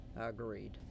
Agreed